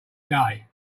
day